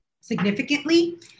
significantly